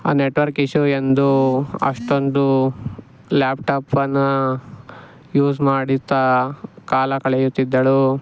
ಆ network issue ಎಂದು ಅಷ್ಟೊಂದು ಲ್ಯಾಪ್ಟಾಪನ್ನು ಯೂಸ್ ಮಾಡುತ್ತಾ ಕಾಲ ಕಳೆಯುತ್ತಿದ್ದಳು